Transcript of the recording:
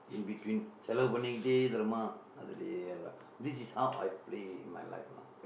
in between செலவு பண்ணிக்கிட்டே தெரியுமா அதுலேயே எல்லாம்:selavu pannikkitdee theriyumaa athuleeyee ellaam this is how I play in my life lah